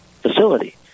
facility